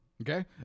Okay